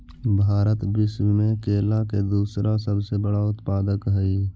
भारत विश्व में केला के दूसरा सबसे बड़ा उत्पादक हई